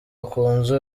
bakunze